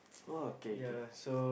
oh okay okay